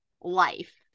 life